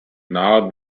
now